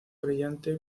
brillante